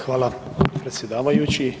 Hvala predsjedavajući.